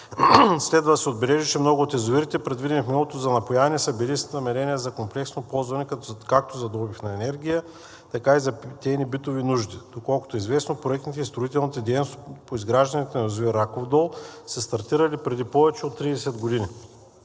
Следва да се отбележи, че много от язовирите, предвидени в миналото за напояване, са били с намерения за комплексно ползване както за добив на енергия, така и за питейно-битови нужди. Доколкото е известно, проектните и строителните дейности по изграждането на язовир „Раков дол“ са стартирали преди повече от 30 години